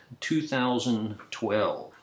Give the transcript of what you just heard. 2012